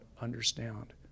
understand